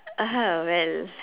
uh well